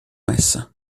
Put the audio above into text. messa